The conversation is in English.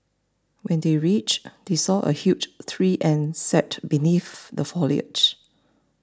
when they reached they saw a huge tree and sat beneath the foliage